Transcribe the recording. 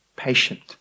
patient